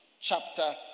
chapter